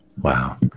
Wow